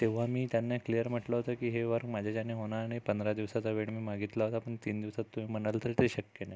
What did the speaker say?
तेव्हा मी त्यांना क्लियर म्हटलं होतं की हे वर माझ्याच्याने होणार नाही पंधरा दिवसाचा वेळ मी मागितला होता पण तीन दिवसात तुम्ही म्हणाल तर ते शक्य नाही